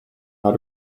how